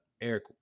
Eric